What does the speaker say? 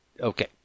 Okay